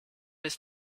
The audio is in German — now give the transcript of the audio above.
ist